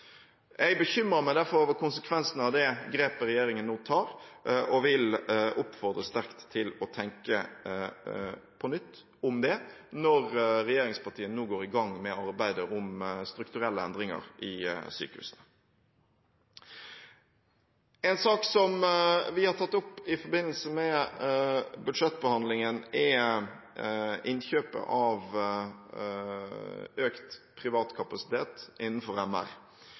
derfor over konsekvensene av det grepet regjeringen nå tar, og vil oppfordre sterkt til å tenke på nytt om det når regjeringspartiene nå går i gang med arbeidet med strukturelle endringer i sykehusene. En sak som vi har tatt opp i forbindelse med budsjettbehandlingen, er innkjøpet av økt privat kapasitet innenfor